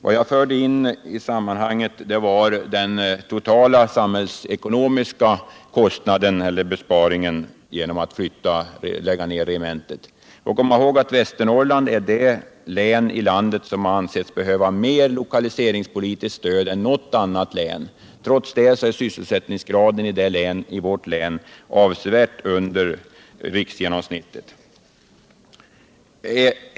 Vad jag förde in i sammanhanget var den totala samhällsekonomiska kostnaden eller besparingen av att lägga ned regementet. Vi skall komma ihåg att Västernorrland är det län i landet som anses behöva mer lokaliseringspolitiskt stöd än något annat län. Trots.detta är sysselsättningsgraden i vårt län avsevärt lägre än riksgenomsnittet.